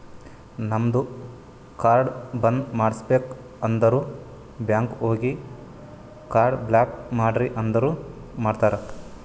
ನಮ್ದು ಕಾರ್ಡ್ ಬಂದ್ ಮಾಡುಸ್ಬೇಕ್ ಅಂದುರ್ ಬ್ಯಾಂಕ್ ಹೋಗಿ ಕಾರ್ಡ್ ಬ್ಲಾಕ್ ಮಾಡ್ರಿ ಅಂದುರ್ ಮಾಡ್ತಾರ್